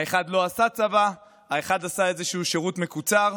האחד לא עשה צבא, האחד עשה איזשהו שירות מקוצר,